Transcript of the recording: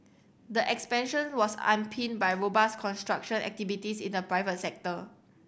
the expansion was underpinned by robust construction activities in the private sector